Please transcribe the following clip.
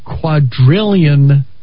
quadrillion